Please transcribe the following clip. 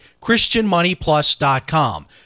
christianmoneyplus.com